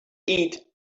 eat